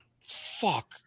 fuck